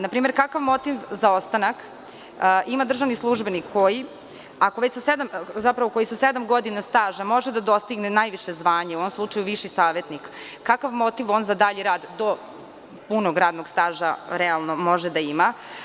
Na primer, kakav motiv za ostanak ima državni službenik koji ako sa sedam godina staža može da dostigne najviše zvanje, u ovom slučaju viši savetnik, kakav motiv za rad do punog radnog staža realno može da ima?